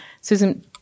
Susan